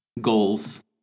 goals